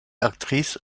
actrice